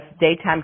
daytime